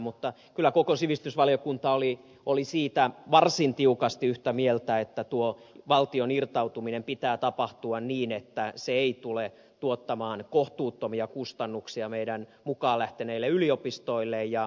mutta kyllä koko sivistysvaliokunta oli varsin tiukasti yhtä mieltä siitä että tuon valtion irtautumisen pitää tapahtua niin että se ei tule tuottamaan kohtuuttomia kustannuksia meidän mukaan lähteneille yliopistoille